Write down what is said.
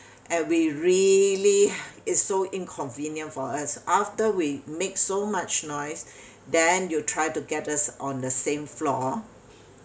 and we really is so inconvenient for us after we make so much noise then you try to get us on the same floor